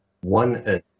one